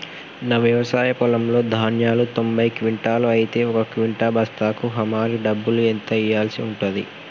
నా వ్యవసాయ పొలంలో ధాన్యాలు తొంభై క్వింటాలు అయితే ఒక క్వింటా బస్తాకు హమాలీ డబ్బులు ఎంత ఇయ్యాల్సి ఉంటది?